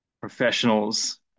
professionals